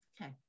Okay